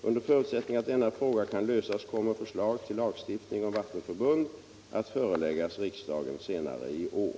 Under förutsättning att denna fråga kan lösas kommer förslag till lagstiftning om vattenförbund att föreläggas riksdagen senare i år.